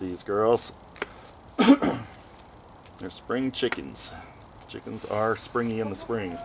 these girls their spring chickens chickens are spring in the spring